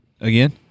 Again